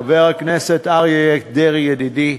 חבר הכנסת אריה דרעי ידידי,